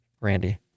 Randy